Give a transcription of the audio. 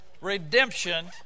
Redemption